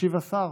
ישיב השר